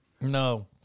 No